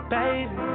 Baby